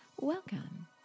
welcome